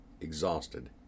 exhausted